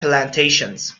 plantations